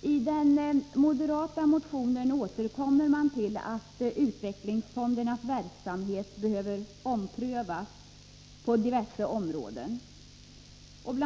2. I den moderata motionen återkommer man till att utvecklingsfondernas verksamhet bör omprövas på diverse områden. BI.